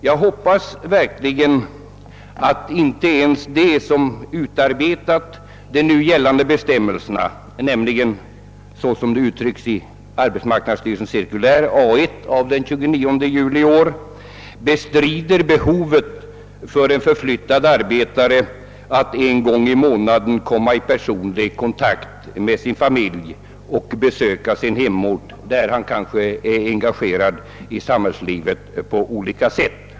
Jag hoppas verkligen att inte ens de som utarbetat de nu gällande bestämmelserna, såsom dessa utformas i arbetsmarknadsstyrelsens cirkulär A:1 av den 29 juli i år, förnekar att det finns ett behov för en förflyttad arbetare att en gång i månaden komma i personlig kontakt med sin familj och besöka sin hemort, där han kanske är engagerad i samhällslivet på olika sätt.